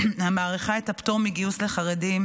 המאריכה את הפטור מגיוס לחרדים,